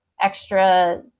extra